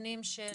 מהכיוונים של